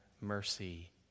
mercy